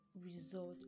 result